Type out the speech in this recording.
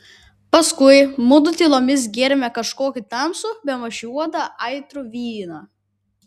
paskui mudu tylomis gėrėme kažkokį tamsų bemaž juodą aitrų vyną